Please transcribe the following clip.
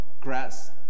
grass